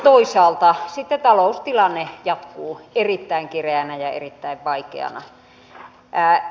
toisaalta sitten taloustilanne jatkuu erittäin kireänä ja erittäin vaikeana